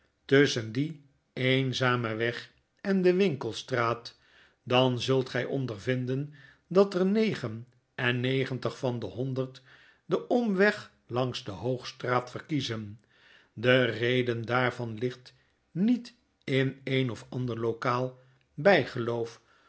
tusschen dien eenzamen weg en de winkelstraat dan zult gy onderrinden dat er negen en negentig van de honderd den omweg langs de hoogstraat verkiezen de reden daarvan ligtnietin een of ander lokaal bygeloof